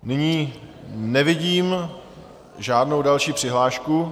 Nyní nevidím žádnou další přihlášku.